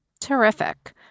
Terrific